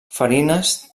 farines